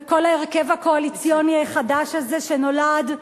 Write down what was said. וכל ההרכב הקואליציוני החדש הזה שנולד,